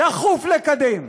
דחוף לקדם.